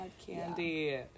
Candy